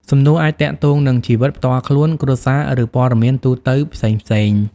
សំណួរអាចទាក់ទងនឹងជីវិតផ្ទាល់ខ្លួន គ្រួសារ ឬព័ត៌មានទូទៅផ្សេងៗ។